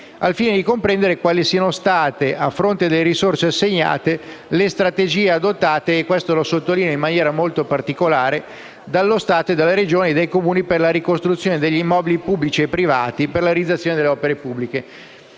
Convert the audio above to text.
al fine di comprendere quali siano state, a fronte delle risorse assegnate, le strategie adottate» lo sottolineo in maniera molto particolare «dallo Stato, dalle Regioni e dai Comuni per la ricostruzione degli immobili pubblici e privati e per la realizzazione delle opere pubbliche».